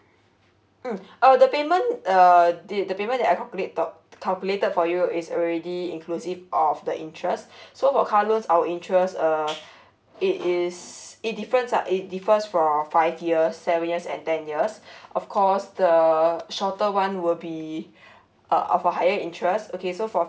mm uh the payment uh the the payment that I calculate calculated for you is already inclusive of the interest so for car loans our interest uh it is it difference lah it differs for five years seven years and ten years of course the shorter one will be uh of a higher interest okay so for